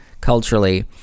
culturally